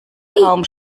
kaum